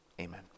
amen